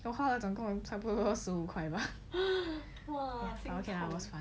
我花了总共差不多二十五块吧